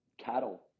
cattle